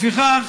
לפיכך,